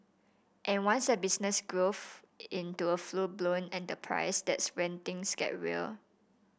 and once a business grows into a full blown enterprise that's when things get real